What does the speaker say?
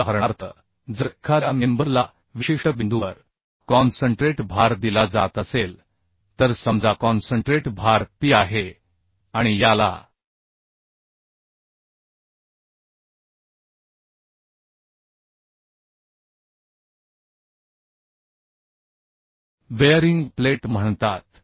उदाहरणार्थ जर एखाद्या मेंबर ला विशिष्ट बिंदूवर कॉन्सन्ट्रेट भार दिला जात असेल तर समजा कॉन्सन्ट्रेट भार P आहे आणि याला बेअरिंग प्लेट म्हणतात